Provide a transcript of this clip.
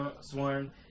sworn